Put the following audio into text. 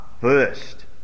first